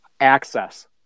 access